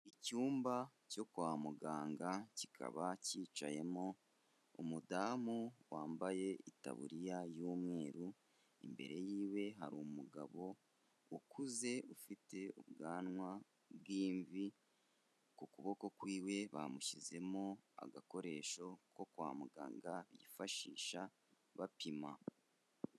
Icyumba cyo kwa muganga, kikaba cyicayemo umudamu wambaye itaburiya y'umweru, imbere y'iwe hari umugabo ukuze, ufite ubwanwa bw'imvi, ku kuboko kw'iwe bamushyizemo agakoresho ko kwa muganga bifashisha bapima.